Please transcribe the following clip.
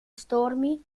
stormi